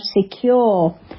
secure